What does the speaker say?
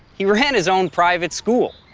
he ran his own private school.